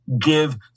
give